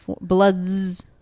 Bloods